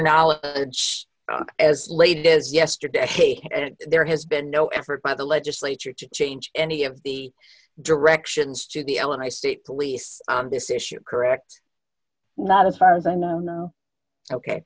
knowledge as late as yesterday there has been no effort by the legislature to change any of the directions to the l and i state police on this issue correct not as far as i know